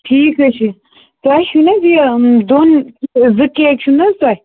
ٹھیٖک حظ چھِ تۄہہِ چھُو نَہ یہِ دۄن زٕ کیک چھُو نہٕ حظ تۄہہِ